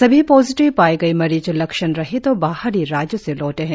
सभी पॉजिटिव पाए गए मरीज लक्षण रहित और बाहरी राज्यों से लौटें है